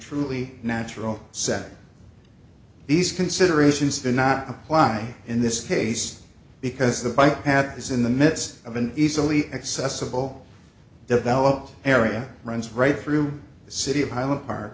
truly natural setting these considerations do not apply in this case because the bipap is in the midst of an easily accessible developed area runs right through the city of highland park